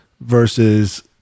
versus